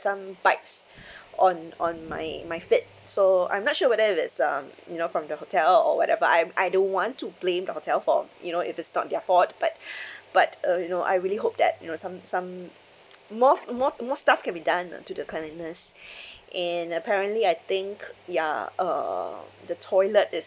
some bites on on my my feet so I'm not sure whether if it's um you know from the hotel or whatever I I don't want to blame the hotel for you know if it's not their fault but but uh you know I really hope that you know some some more more more stuff can be done ah to the cleanliness and apparently I think ya uh the toilet is